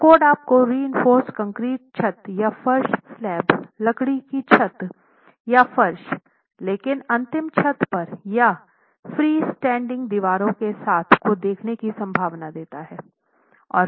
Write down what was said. तो कोड आपको reinforce concrete छत या फर्श स्लैब लकड़ी की छत या फर्श लेकिन अंतिम छत पर या फ्रीस्टैंडिंग दीवारो के साथ को देखने की संभावना देता हैं